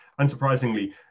Unsurprisingly